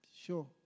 sure